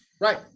Right